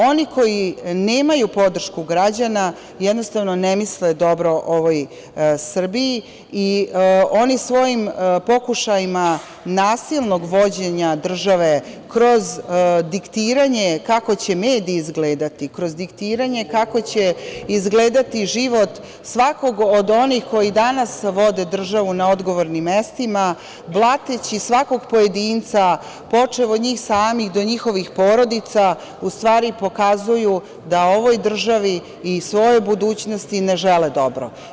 Oni koji nemaju podršku građana jednostavno ne misle dobro ovoj Srbiji i oni svojim pokušajima nasilnog vođenja države kroz diktiranje kako će mediji izgledati, kroz diktiranje kako će izgledati život svakog od onih koji danas vode državu na odgovornim mestima, blateći svakog pojedinca, počev od njih samih, do njihovih porodica, u stvari pokazuju da ovoj državi i svojoj budućnosti ne žele dobro.